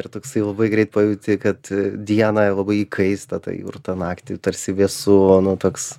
ir toksai labai greit pajauti kad dieną labai įkaista ta jurta naktį tarsi vėsu o nuo toks